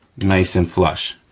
nice and flush.